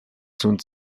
zones